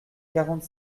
quarante